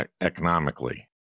economically